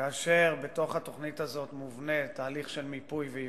כאשר בתוך התוכנית הזאת מובנה תהליך של מיפוי ואבחון,